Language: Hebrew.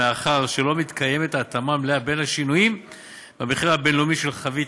מאחר שלא מתקיימת התאמה מלאה בין השינויים במחיר הבין-לאומי של חבית